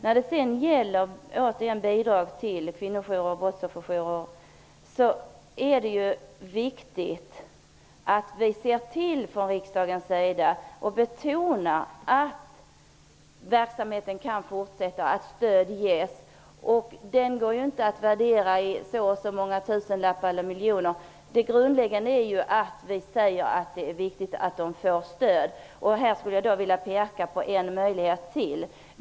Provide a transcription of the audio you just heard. När det sedan gäller bidrag till kvinnojourer och brottsofferjourer är det angeläget att vi i riksdagen betonar vikten av att verksamheten kan fortsätta och att det ges stöd. Dessa verksamheter går ju inte att värdera i så och så många tusenlappar eller miljoner. Det grundläggande är ju att vi betonar vikten av att de får stöd. Jag vill då peka på ytterligare en möjlighet.